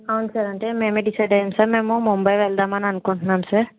అవును సార్ అంటే మేమే డిసైడ్ అయ్యాం సార్ మేము ముంబై వెళ్దాం అని అనుకుంటున్నాం సార్